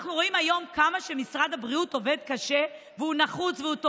אנחנו רואים היום כמה משרד הבריאות עובד קשה והוא נחוץ והוא טוב,